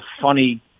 funny